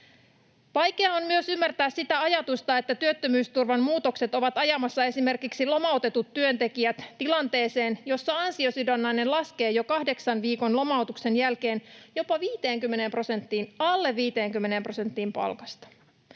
Vaikea on myös ymmärtää sitä ajatusta, että työttömyysturvan muutokset ovat ajamassa esimerkiksi lomautetut työntekijät tilanteeseen, jossa ansiosidonnainen laskee jo kahdeksan viikon lomautuksen jälkeen jopa alle 50 prosenttiin palkasta.